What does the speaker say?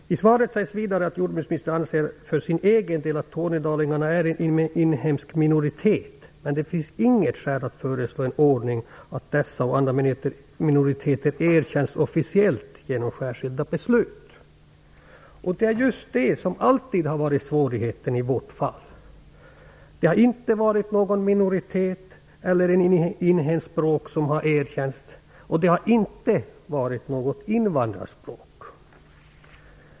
I svaret sägs vidare att jordbruksministern för sin egen del anser att tornedalingarna är en inhemsk minoritet, men det finns inget skäl att föreslå en ordning så att dessa och andra minoriteter erkänns officiellt genom särskilda beslut. Det är just det som alltid har varit svårigheten i vårt fall. Vi har inte erkänts som minoritet och vårt språk inte som inhemskt språk, men det har inte heller varit något invandrarspråk.